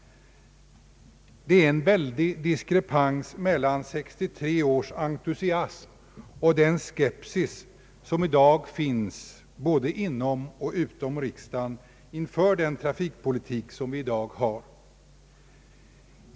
Det är en väldig diskrepans mellan 1963 års entusiasm och dagens skepsis håde inom och utom riksdagen inför den trafikpolitik som vi nu har.